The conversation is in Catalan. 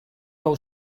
nou